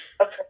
Okay